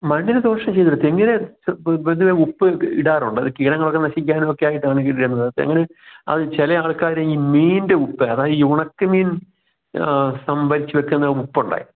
മണ്ണിന് ദോഷം ചെയ്യില്ല തെങ്ങിന് ഇത് ഉപ്പ് ഇടാറുണ്ട് അത് കീടങ്ങളൊക്കെ നശിക്കാനും ഒക്കെയായിട്ടാണ് തെങ്ങിന് അത് ചില ആൾക്കാർ ഈ മീനിൻ്റെ ഉപ്പ് അതായത് ഉണക്കമീൻ സംഭരിച്ചു വയ്ക്കുന്ന ഉപ്പുണ്ട്